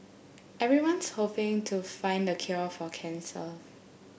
everyone's hoping to find a cure for cancer